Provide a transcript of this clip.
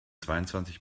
zweiundzwanzig